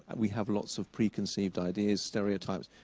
we have lots of preconceived ideas, stereotypes.